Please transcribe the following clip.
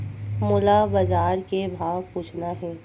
मोला बजार के भाव पूछना हे?